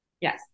Yes